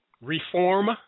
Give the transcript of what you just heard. reform